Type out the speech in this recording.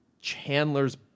Chandler's